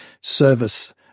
service